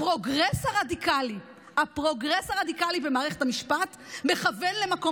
הפרוגרס הרדיקלי במערכת המשפט מכוון למקום